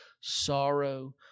sorrow